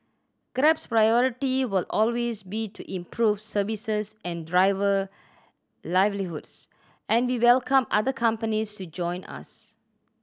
Grab's priority will always be to improve services and driver livelihoods and we welcome other companies to join us